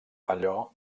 allò